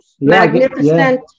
Magnificent